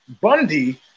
Bundy